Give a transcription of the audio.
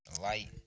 Light